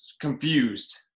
confused